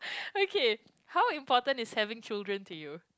okay how important is having children to you